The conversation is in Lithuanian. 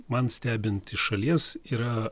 man stebint iš šalies yra